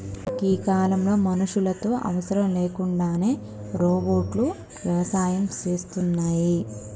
గీ కాలంలో మనుషులతో అవసరం లేకుండానే రోబోట్లు వ్యవసాయం సేస్తున్నాయి